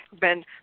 Ben